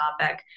topic